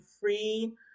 free